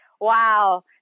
Wow